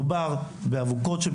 נקודות,